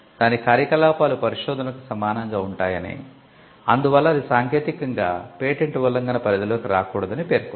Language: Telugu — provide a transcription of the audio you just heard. దాని కార్యకలాపాలు పరిశోధనకు సమానంగా ఉంటాయని అందువల్ల ఇది సాంకేతికంగా పేటెంట్ ఉల్లంఘన పరిధిలోకి రాకూడదని పేర్కొంది